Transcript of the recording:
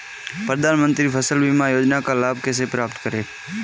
प्रधानमंत्री फसल बीमा योजना का लाभ कैसे प्राप्त करें?